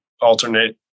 alternate